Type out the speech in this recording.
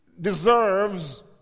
deserves